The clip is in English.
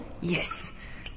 Yes